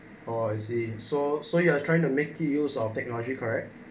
oh I see so so you are trying to make use of technology correct